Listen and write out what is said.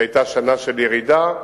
שהיתה שנה של ירידה,